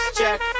check